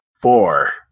Four